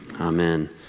Amen